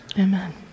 Amen